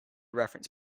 reference